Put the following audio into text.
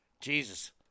Jesus